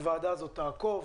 הוועדה הזאת תעקוב,